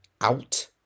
out